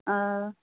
آ